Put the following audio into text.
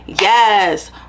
yes